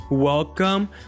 Welcome